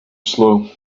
slow